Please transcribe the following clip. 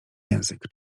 język